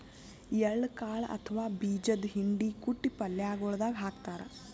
ಎಳ್ಳ ಕಾಳ್ ಅಥವಾ ಬೀಜದ್ದು ಹಿಂಡಿ ಕುಟ್ಟಿ ಪಲ್ಯಗೊಳ್ ದಾಗ್ ಹಾಕ್ತಾರ್